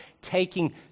taking